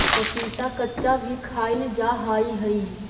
पपीता कच्चा भी खाईल जा हाई हई